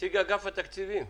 נציג אגף התקציבים,